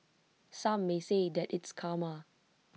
some may say that it's karma